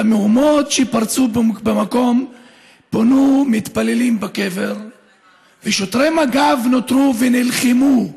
במהומות שפרצו במקום פונו מתפללים מהקבר ושוטרי מג"ב נותרו ונלחמו.